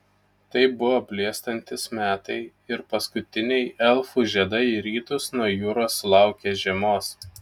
tai buvo blėstantys metai ir paskutiniai elfų žiedai į rytus nuo jūros sulaukė žiemos